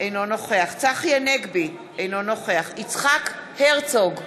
אינו נוכח צחי הנגבי, אינו נוכח יצחק הרצוג,